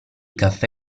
caffè